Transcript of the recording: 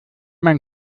man